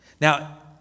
Now